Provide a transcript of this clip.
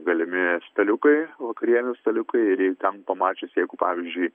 galimi staliukai vakarienių staliukai ir jei ten pamačiusi jeigu pavyzdžiui